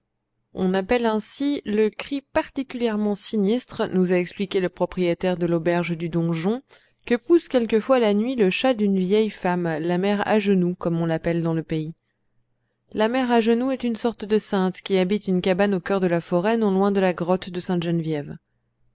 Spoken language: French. on appelle ainsi le cri particulièrement sinistre nous a expliqué le propriétaire de l'auberge du donjon que pousse quelquefois la nuit le chat d'une vieille femme la mère agenoux comme on l'appelle dans le pays la mère agenoux est une sorte de sainte qui habite une cabane au cœur de la forêt non loin de la grotte de